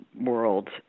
world